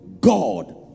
God